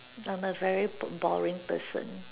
I'm a very bom boring person